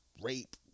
Rape